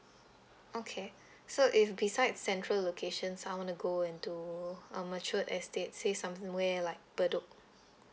okay so if beside central locations I wanna go into a mature estate say somewhere like bedok